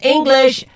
English